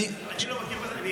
אני לא מכיר מה זה פגרה?